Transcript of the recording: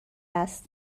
است